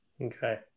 Okay